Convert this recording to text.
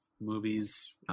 movies